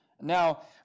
Now